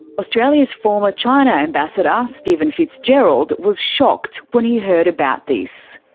australia's former china ambassador ah stephen fitzgerald was shocked when he heard about this.